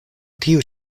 tiu